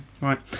Right